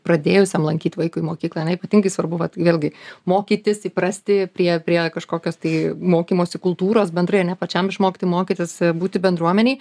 pradėjusiam lankyt vaikui mokyklą ane ypatingai svarbu kad vėlgi mokytis įprasti prie prie kažkokios tai mokymosi kultūros bendrai ane pačiam išmokti mokytis būti bendruomenėj